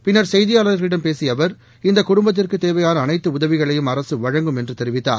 பின்னா் செய்தியாளா்களிடம் பேசிய அவர் இந்த குடும்பத்திற்கு தேவையான அனைத்து உதவிகளையும் அரக வழங்கும் என்று தெரிவித்தார்